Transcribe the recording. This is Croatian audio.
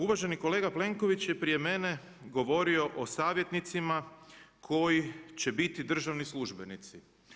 Uvaženi kolega Plenković je prije mene govorio o savjetnicima koji će biti državni službenici.